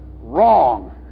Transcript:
wrong